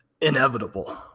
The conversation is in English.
inevitable